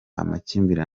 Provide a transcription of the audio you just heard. amakimbirane